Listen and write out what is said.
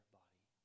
body